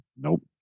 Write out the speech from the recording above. Nope